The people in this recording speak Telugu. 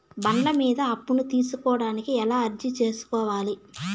బండ్ల మీద అప్పును తీసుకోడానికి ఎలా అర్జీ సేసుకోవాలి?